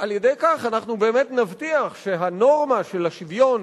על-ידי כך אנחנו באמת נבטיח שהנורמה של השוויון